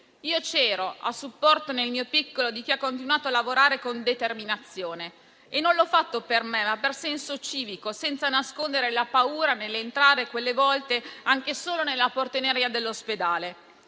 io c'ero a supporto di chi ha continuato a lavorare con determinazione e non l'ho fatto per me, ma per senso civico, senza nascondere la paura nell'entrare quelle volte anche solo nella portineria dell'ospedale.